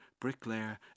bricklayer